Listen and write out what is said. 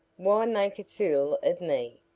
why make a fool of me?